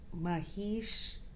Mahish